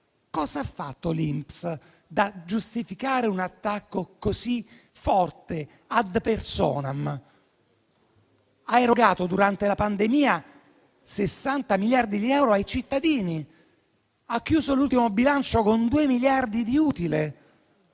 Cosa ha fatto l'INPS per giustificare un attacco così forte, *ad personam*? Ha erogato, durante la pandemia, sessanta miliardi di euro ai cittadini. Ha chiuso l'ultimo bilancio con due miliardi di utile.